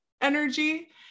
energy